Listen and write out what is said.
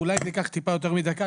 אולי אני אקח טיפה יותר מדקה,